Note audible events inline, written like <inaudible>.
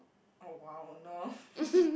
oh !wow! no <laughs>